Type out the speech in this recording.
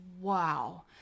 wow